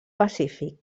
pacífic